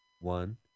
one